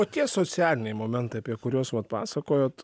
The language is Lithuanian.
o tie socialiniai momentai apie kuriuos vat pasakojot